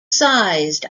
sized